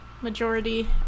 majority